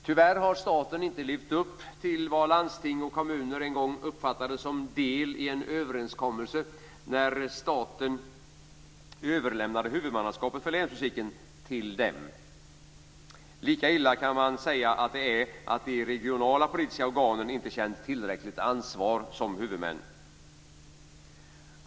Tyvärr har staten inte levt upp till vad landsting och kommuner uppfattade som del i en överenskommelse när staten en gång överlämnade huvudmannaskapet för länsmusiken till dem. Lika illa kan man säga att det är att de regionala politiska organen inte känt tillräckligt ansvar som huvudmän.